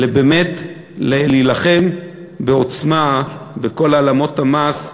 באמת להילחם בעוצמה בכל העלמות המס,